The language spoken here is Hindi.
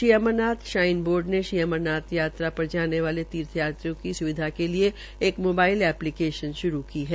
श्री अमरनाथ श्राइन बोर्ड्र ने श्री अमरनाथ जाने वाले तीर्थ यात्रियों की सुविधा के लिये एक मोबाइल ऐप्लीकेशन श्रू की है